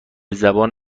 زبان